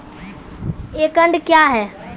एकड कया हैं?